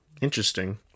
interesting